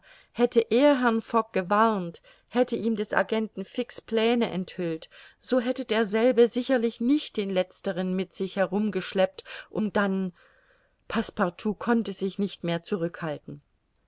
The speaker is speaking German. hätte er herrn fogg gewarnt hätte ihm des agenten fix pläne enthüllt so hätte derselbe sicherlich nicht den letzteren mit sich herumgeschleppt um dann passepartout konnte sich nicht mehr zurückhalten